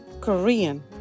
Korean